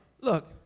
look